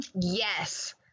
Yes